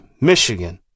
Michigan